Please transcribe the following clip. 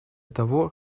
того